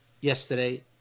yesterday